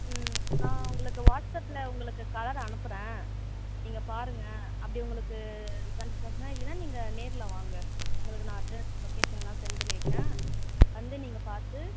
ம் நான் உங்களுக்கு வாட்ஸ்அப்பில் உங்களுக்கு கலர் அனுப்புகிறேன் நீங்கள் பாருங்கள் அப்படி உங்களுக்கு சாடிஸ்ஃபேக்ஷனாக இல்லைன்னா நீங்கள் நேரில் வாங்க உங்களுக்கு நான் அட்ரஸ் லொகேஷன் எல்லாம் சென்ட் பண்ணி வைக்கிறேன் வந்து நீங்கள் பார்த்து